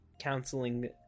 counseling